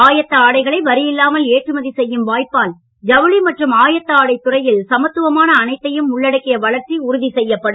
ஆயத்த ஆடைகளை வரியில்லாமல் ஏற்றுமதி செய்யும் வாய்ப்பால் ஜவுளி மற்றும் ஆயத்த ஆடை துறையில் சமத்துவமான அனைத்தையும் உள்ளடக்கிய வளர்ச்சி உறுதி செய்யப்படும்